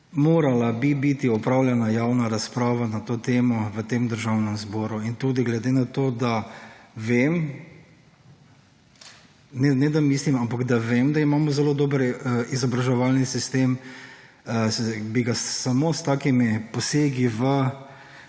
Morala bi biti opravljena javna razprava na to temo v tem Državnem zboru. In tudi glede na to, da vem, ne da mislim, ampak da vem, da imamo zelo dobri izobraževalni sistem, bi ga samo s takimi posegi v